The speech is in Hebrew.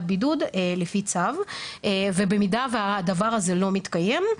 בידוד לפי צו ובמידה והדבר הזה לא מתקיים,